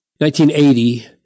1980